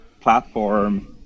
platform